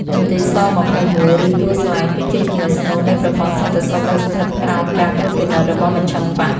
មន្ទីរស-២១ (ឬ ទួលស្លែង) គឺជាចំណុចស្នូលនៃប្រព័ន្ធសន្តិសុខដែលស្ថិតក្រោមការត្រួតពិនិត្យរបស់មជ្ឈិមបក្ស។